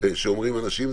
שאומרים אנשים,